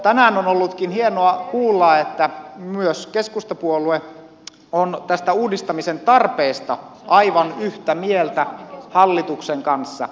tänään onkin ollut hienoa kuulla että myös keskustapuolue on tästä uudistamisen tarpeesta aivan yhtä mieltä hallituksen kanssa